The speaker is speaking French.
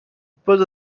pose